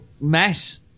mess